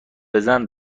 بزن